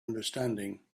understanding